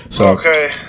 Okay